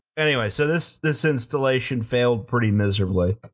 anyway, so this this installation failed pretty miserably,